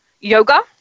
Yoga